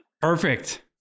perfect